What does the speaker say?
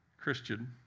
Christian